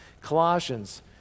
Colossians